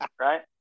right